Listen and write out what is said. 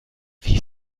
wie